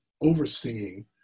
overseeing